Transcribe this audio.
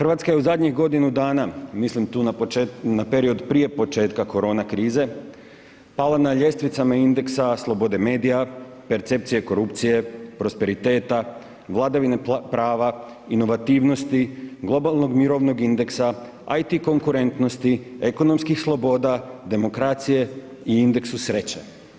RH je u zadnjih godinu dana, mislim tu na period prije početka koronakrize, pala na ljestvicama indeksa slobode medija, percepcije korupcije, prosperiteta, vladavine prava, inovativnosti, globalnog mirovnog indeksa, IT konkurentnosti, ekonomskih sloboda, demokracije i indeksu sreće.